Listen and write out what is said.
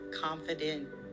confident